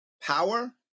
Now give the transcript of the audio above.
power